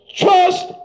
trust